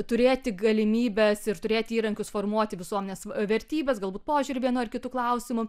turėti galimybes ir turėti įrankius formuoti visuomenės vertybes galbūt požiūrį vienu ar kitu klausimu